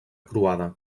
croada